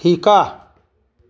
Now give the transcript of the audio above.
শিকা